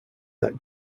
that